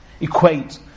equate